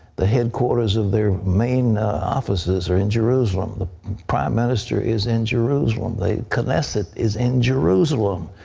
the headquarters of their main offices are in jerusalem. the prime minister is in jerusalem. the knesset is in jerusalem.